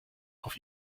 auf